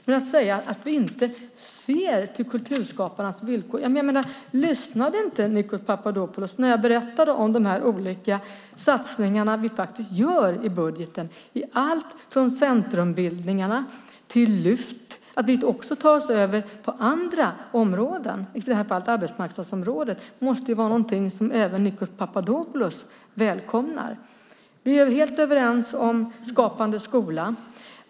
Men man säger att vi inte ser till kulturskaparnas villkor. Lyssnade inte Nikos Papadopoulos när jag berättade om de olika satsningar vi faktiskt gör i budgeten? Det är allt från centrumbildningarna till Lyft. Att vi också tar oss över till andra områden, i det här fallet arbetsmarknadsområdet, måste vara något som även Nikos Papadopoulos välkomnar. Vi är helt överens om Skapande skola.